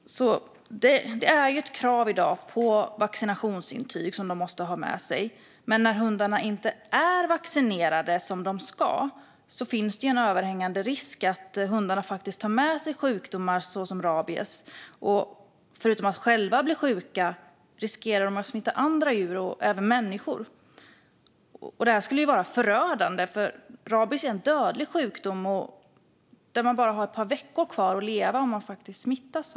I dag ställs krav på vaccinationsintyg, men när hundarna inte är vaccinerade som de ska finns en överhängande risk att de tar med sig sjukdomar såsom rabies. Förutom att de själva kan bli sjuka riskerar de att smitta andra djur och även människor. Det skulle vara förödande, för rabies är en dödlig sjukdom där man bara har ett par veckor kvar att leva om man blir smittad.